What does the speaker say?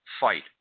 fight